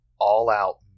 all-out